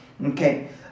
okay